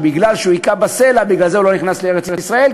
שמפני שהכה בסלע לא נכנס לארץ-ישראל,